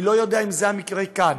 אני לא יודע אם זה המקרה כאן.